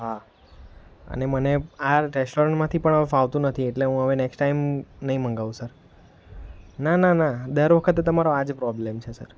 હા અને મને આ રેસ્ટોરન્ટમાંથી પણ હવે ફાવતું નથી એટલે હવે હું નેક્સ્ટ ટાઈમ નહીં મંગાવું સર ના ના ના દર વખતે તમારો આ જ પ્રોબ્લમ છે સર